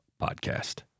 podcast